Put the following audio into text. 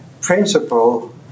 principle